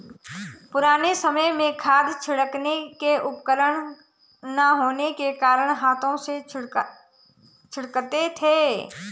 पुराने समय में खाद छिड़कने के उपकरण ना होने के कारण हाथों से छिड़कते थे